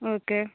okay